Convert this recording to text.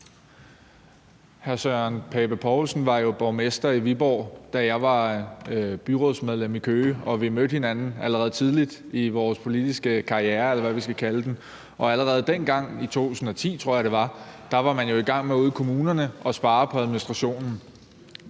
Hr. Søren Pape Poulsen var jo borgmester i Viborg, da jeg var byrådsmedlem i Køge. Vi mødte hinanden allerede tidligt i vores politiske karrierer, eller hvad vi skal kalde det. Allerede dengang i 2010, tror jeg det var, var man ude i kommunerne i gang med at spare på administrationen.